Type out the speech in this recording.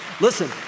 Listen